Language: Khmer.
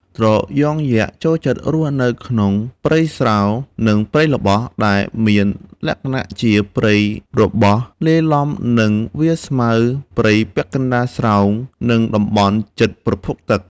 ត្រយងយក្សចូលចិត្តរស់នៅក្នុង ព្រៃស្រោង និង ព្រៃល្បោះ ដែលមានលក្ខណៈជា ព្រៃរបោះលាយឡំនឹងវាលស្មៅ ព្រៃពាក់កណ្តាលស្រោង និងតំបន់ជិតប្រភពទឹក។